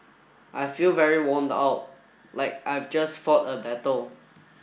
I feel very worn out like I've just fought a battle